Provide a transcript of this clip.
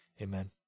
Amen